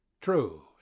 true